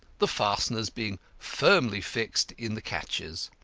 the fasteners being firmly fixed in the catches.